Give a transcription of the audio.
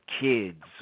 kids